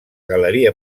galeria